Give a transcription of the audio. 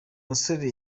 musore